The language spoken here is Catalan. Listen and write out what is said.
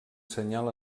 senyal